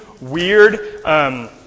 weird